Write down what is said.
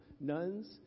nuns